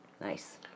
Nice